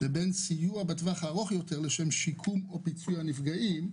לבין סיוע בטווח הארוך יותר לשם שיקום או פיצוי הנפגעים,